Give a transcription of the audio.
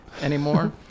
anymore